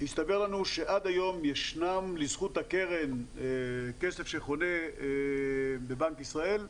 הסתבר לנו שעד היום ישנם לזכות הקרן כסף שחונה בבנק ישראל,